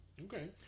Okay